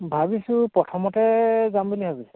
ভাবিছোঁ প্ৰথমতে যাম বুলি ভাবিছোঁ